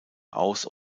aus